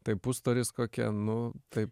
tai pustoris kokie nu taip